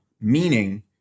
meaning